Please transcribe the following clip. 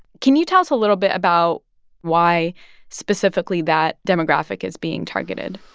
can you tell us a little bit about why specifically that demographic is being targeted?